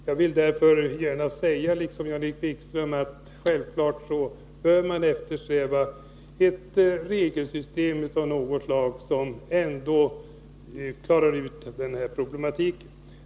Jag vill därför gärna säga, liksom Jan-Erik Wikström, att man självfallet bör eftersträva ett regelsystem av något slag som klarar den här problematiken.